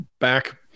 Back